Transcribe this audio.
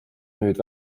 nüüd